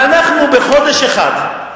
ואנחנו בחודש אחד,